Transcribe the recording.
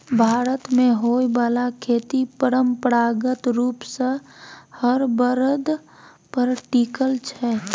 भारत मे होइ बाला खेती परंपरागत रूप सँ हर बरद पर टिकल छै